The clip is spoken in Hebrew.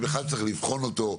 שבכלל צריך לבחון אותו.